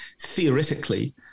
theoretically